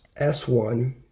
S1